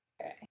Okay